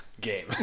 game